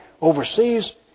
overseas